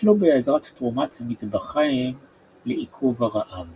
ניצלו בעזרת תרומת המטבחיים לעיכוב הרעב